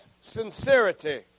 sincerity